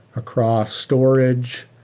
across storage,